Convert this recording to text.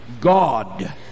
God